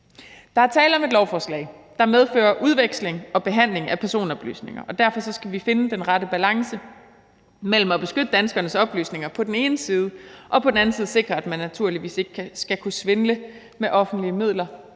Der er tale om et lovforslag, der medfører udveksling og behandling af personoplysninger. Derfor skal vi finde den rette balance mellem at beskytte danskernes oplysninger på den ene side og på den anden side sikre, at man naturligvis ikke skal kunne svindle med offentlige midler